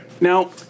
Now